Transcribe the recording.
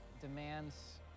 demands